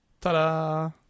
Ta-da